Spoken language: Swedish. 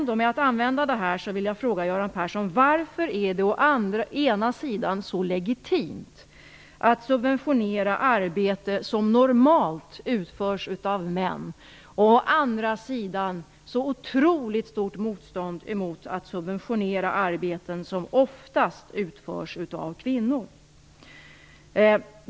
Då vill jag fråga Göran Persson: Varför är det å ena sidan så legitimt att subventionera arbeten som normalt utförs av män och varför är det å andra sidan ett sådant otroligt stort motstånd mot att subventionera arbeten som oftast utförs av kvinnor?